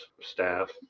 staff